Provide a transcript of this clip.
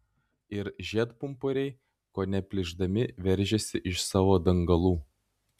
ir žiedpumpuriai kone plyšdami veržėsi iš savo dangalų